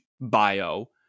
bio